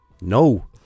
No